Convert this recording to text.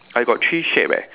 I got three shape eh